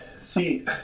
See